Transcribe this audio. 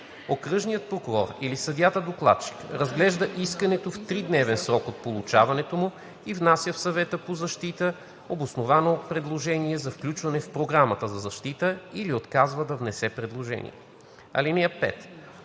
Окръжният прокурор или съдията-докладчик разглежда искането в тридневен срок от получаването му и внася в Съвета по защита обосновано предложение за включване в Програмата за защита или отказва да внесе предложение. (5)